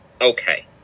Okay